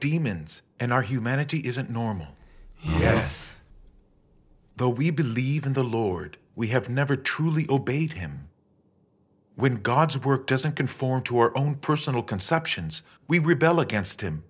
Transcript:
demons in our humanity isn't normal yes though we believe in the lord we have never truly obeyed him when god's work doesn't conform to our own personal conceptions we rebel against him